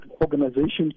organizations